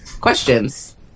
questions